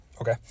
Okay